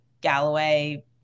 Galloway